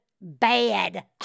bad